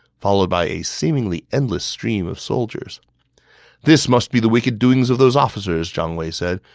followed by a seemingly endless stream of soldiers this must be the wicked doings of those officers, jiang wei said.